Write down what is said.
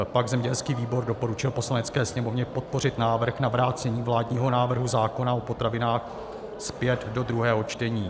Pak zemědělský výbor doporučil Poslanecké sněmovně podpořit návrh na vrácení vládního návrhu zákona o potravinách zpět do druhého čtení.